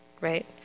right